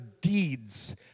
deeds